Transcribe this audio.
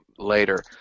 later